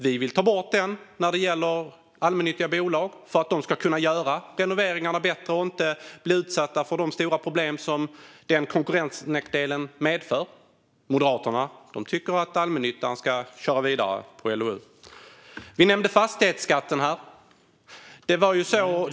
Vi vill ta bort lagen om offentlig upphandling när det gäller allmännyttiga bolag för att de ska kunna göra renoveringarna bättre och inte bli utsatta för de stora problem som den konkurrensnackdelen medför. Moderaterna tycker att allmännyttan ska köra vidare med LOU. Vi nämnde fastighetsskatten.